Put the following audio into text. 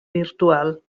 virtual